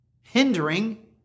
hindering